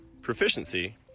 Proficiency